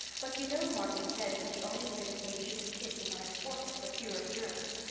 but you know morgan says that the only place a baby should be kissed is on its forehead, for fear of germs,